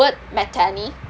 word methane